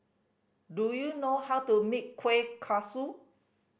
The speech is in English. do you know how to make kueh kosui